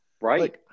Right